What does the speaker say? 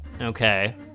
Okay